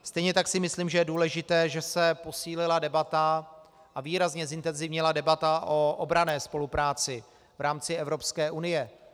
Stejně tak si myslím, že je důležité, že se posílila debata a výrazně zintenzivnila debata o obranné spolupráci v rámci Evropské unie.